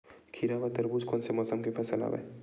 खीरा व तरबुज कोन से मौसम के फसल आवेय?